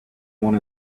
one